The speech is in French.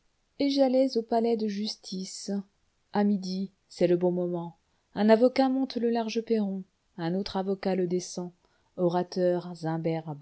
et j'allai au palais-de-justice à midi c'est le bon moment un avocat monte le large perron un autre avocat le descend orateurs